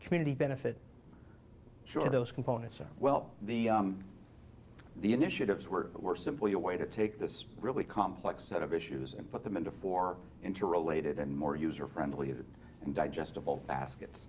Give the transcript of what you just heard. community benefit sure those components are well the the initiatives were were simply a way to take this really complex set of issues and put them into four interrelated and more user friendly of that and digestible baskets